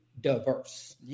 diverse